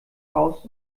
aus